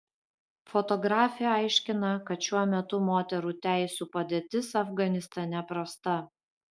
fotografė aiškina kad šiuo metu moterų teisių padėtis afganistane prasta